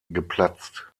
geplatzt